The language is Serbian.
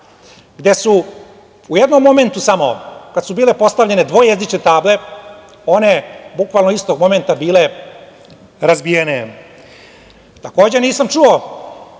gde su u jednom momentu samo kada su bile postavljene dvojezične table, one bukvalno, istog momenta bile razbijene. Nisam čuo,